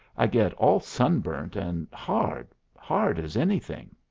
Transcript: i get all sunburnt and hard hard as anything!